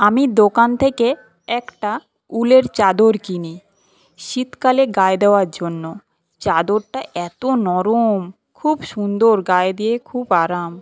আমি দোকান থেকে একটা উলের চাদর কিনি শীতকালে গায়ে দেওয়ার জন্য চাদরটা এত নরম খুব সুন্দর গায়ে দিয়ে খুব আরাম